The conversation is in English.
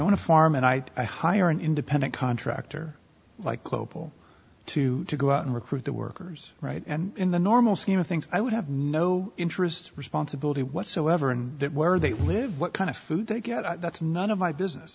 on a farm and i i hire an independent contractor like lobel to go out and recruit the workers right and in the normal scheme of things i would have no interest responsibility whatsoever and where they live what kind of food they get that's none of my business